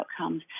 outcomes